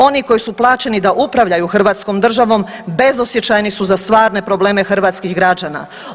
Ono koji su plaćeni da upravljaju hrvatskom državom, bezosjećajni su za stvarne probleme hrvatskih građana.